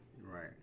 Right